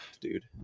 Dude